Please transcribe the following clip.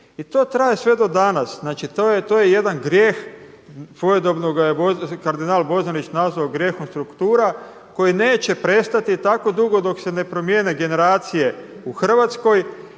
I to traje sve do danas. Znači to je jedan grijeh svojedobno ga je kardinal Bozanić nazvao grijehom struktura koji neće prestati tako dugo dok se promijene generacije u Hrvatskoj,